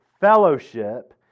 fellowship